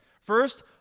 First